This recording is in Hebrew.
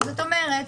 זאת אומרת,